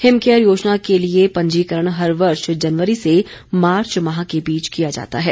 him care योजना के लिए पंजीकरण हर वर्ष जनवरी से मार्च माह के बीच किया जाता है